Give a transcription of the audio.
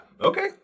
Okay